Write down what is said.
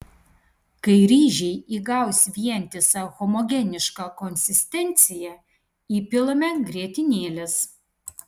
kai ryžiai įgaus vientisą homogenišką konsistenciją įpilame grietinėlės